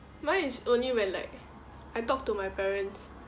mine is only when like I talk to my parents